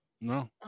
No